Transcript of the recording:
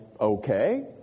okay